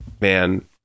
man